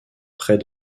près